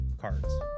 cards